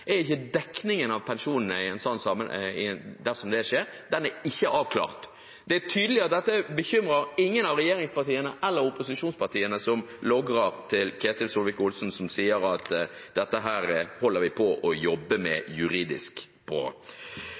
i tillegg er ikke dekningen av pensjonene dersom det skjer, avklart. Det er tydelig at dette ikke bekymrer noen av regjeringspartiene eller opposisjonspartiene, som logrer for Ketil Solvik-Olsen som sier at dette jobber vi